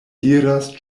diras